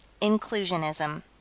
Inclusionism